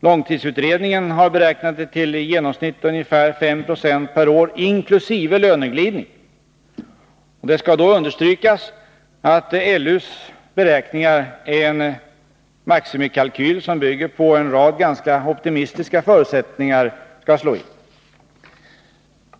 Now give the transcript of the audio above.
Långtidsutredningen har beräknat det till i genomsnitt ungefär 5 26 per år, inkl. löneglidning. Det skall då understrykas att LU:s beräkningar är en maximikalkyl, som bygger på att en rad ganska optimistiska förutsättningar slår in.